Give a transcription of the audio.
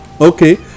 Okay